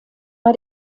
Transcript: bei